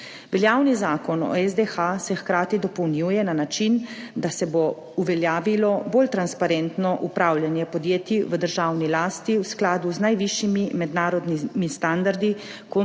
Veljavni zakon o SDH se hkrati dopolnjuje na način, da se bo uveljavilo bolj transparentno upravljanje podjetij v državni lasti v skladu z najvišjimi mednarodnimi standardi korporativnega